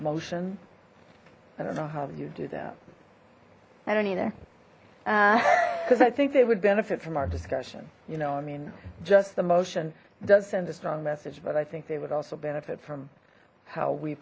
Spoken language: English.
motion i don't know how you do that i don't either because i think they would benefit from our discussion you know i mean just the motion does send a strong message but i think they would also benefit from how we